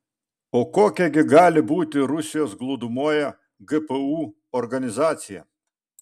o kokia gi gali būti rusijos glūdumoje gpu organizacija